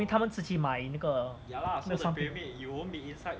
他们自己买那个 some